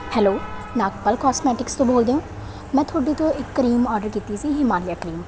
hello Nagpal cosmetics ਤੋਂ ਬੋਲਦੇ ਹੋ ਮੈਂ ਤੁਹਾਡੇ ਤੋਂ ਇੱਕ ਕਰੀਮ ਆਡਰ ਕੀਤੀ ਸੀ ਹਿਮਾਲਿਆ ਕਰੀਮ